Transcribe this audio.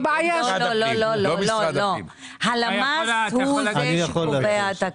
לא, לא, הלמ"ס הוא זה שקובע את הקריטריונים.